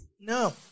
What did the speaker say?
No